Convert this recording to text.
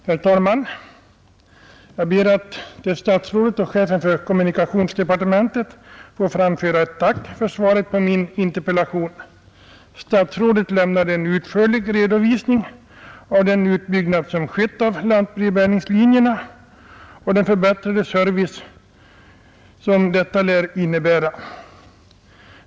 Herr talman! Jag ber att till statsrådet och chefen för kommunikationsdepartementet få framföra ett tack för svaret på min interpellation. Statsrådet lämnade en utförlig redovisning av den utbyggnad som skett av lantbrevbäringslinjerna och den förbättrade service som denna lär innebära.